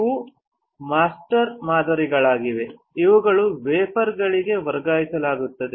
ಇವು ಮಾಸ್ಟರ್ ಮಾದರಿಗಳಾಗಿವೆ ಇವುಗಳನ್ನು ವಾಫೆರ್ಗಳಿಗೆ ವರ್ಗಾಯಿಸಲಾಗುತ್ತದೆ